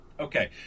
Okay